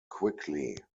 quickly